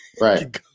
Right